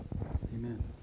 Amen